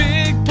Big